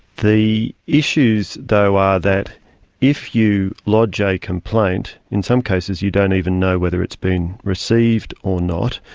the issues though are that if you lodge a complaint, in some cases you don't even know whether it's been received or not,